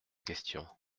question